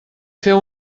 feu